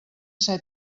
ser